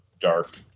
dark